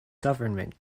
government